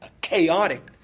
chaotic